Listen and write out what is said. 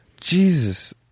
jesus